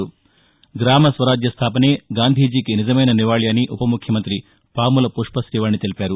గ్రామ స్వరాజ్య స్థాపనే గాంధీజీ కి నిజమైన నివాళి అని ఉప ముఖ్యమంతి పాముల త్త పుష్పత్రీవాణి తెలిపారు